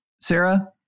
Sarah